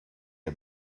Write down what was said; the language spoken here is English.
her